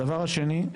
שנית,